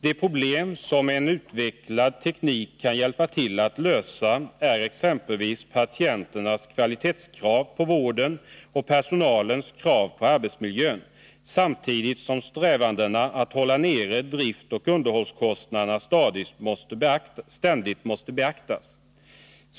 De problem som en utvecklad teknik kan hjälpa till att lösa är exempelvis patienternas kvalitetskrav på vården och personalens krav på arbetsmiljön, samtidigt som strävandena att hålla nere driftoch underhållskostnaderna ständigt måste beaktas.